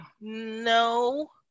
No